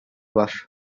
var